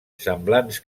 semblants